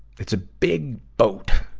it's a big boat